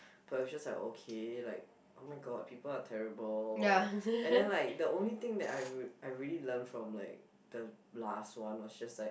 but I was just like okay like oh-my-god people are terrible and then like the only thing that I re~ I really learn from like the last one was just like